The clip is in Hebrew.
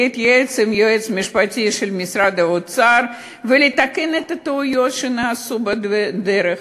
להתייעץ עם היועץ המשפטי של משרד האוצר ולתקן את הטעויות שנעשו בדרך.